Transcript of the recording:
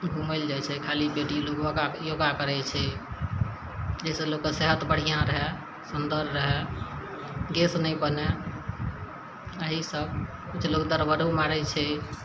घुमै लऽ जाए छै खाली पेट ई लोग ओगा योगा करै छै जहिसँ लोग सेहत बढ़िआँ रहै सुन्दर रहै गैस नइ बनै एहिसँ किछु लोग दौड़ आरो मारैत छै